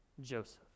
Joseph